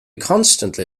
constantly